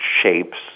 shapes